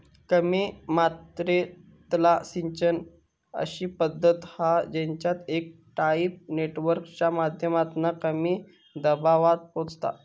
कमी मात्रेतला सिंचन अशी पद्धत हा जेच्यात एक पाईप नेटवर्कच्या माध्यमातना कमी दबावात पोचता